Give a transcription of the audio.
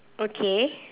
okay